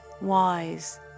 wise